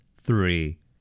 three